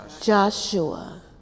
Joshua